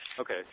Okay